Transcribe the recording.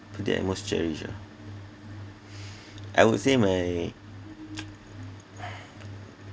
people that I most cherish ah I would say my